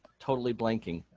totally blanking,